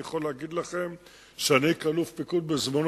אני יכול להגיד לכם שאני כאלוף פיקוד בזמני